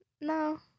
No